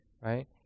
right